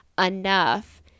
enough